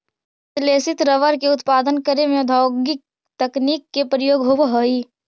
संश्लेषित रबर के उत्पादन करे में औद्योगिक तकनीक के प्रयोग होवऽ हइ